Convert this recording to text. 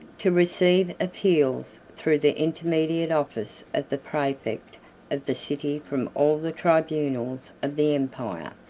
to receive appeals through the intermediate office of the praefect of the city from all the tribunals of the empire.